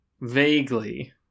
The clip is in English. vaguely